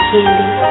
Candy